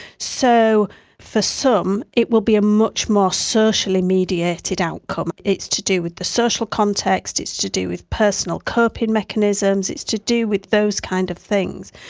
so for some it will be a much more socially mediated outcome, it's to do with the social context, it's to do with personal coping mechanisms, it's to do with those kinds of things,